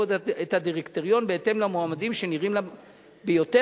את הדירקטוריון בהתאם למועמדים שנראים לה ביותר,